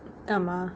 ஆமா:aamaa